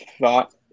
thought